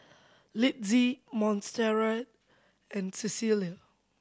Litzy Montserrat and Cecelia